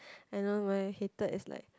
I know my most hated is like